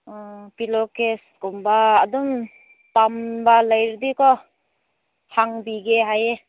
ꯑꯥ ꯄꯤꯂꯣ ꯀꯦꯁꯀꯨꯝꯕ ꯑꯗꯨꯝ ꯄꯥꯝꯕ ꯂꯩꯔꯗꯤ ꯀꯣ ꯍꯥꯡꯕꯤꯒꯦ ꯍꯥꯏꯌꯦ